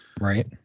Right